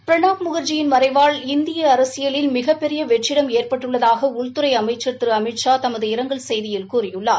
பிரணாப் முக்ஜயின் மறைவால இந்திய அரசியலில் மிகப்பெரிய வெற்றிடம் ஏற்பட்டுள்ளதாக உள்துறை அமைச்சா் திரு அமித்ஷா தமது இரங்கல் செய்தியில் கூறியுள்ளார்